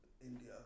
India